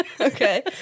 Okay